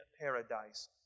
paradise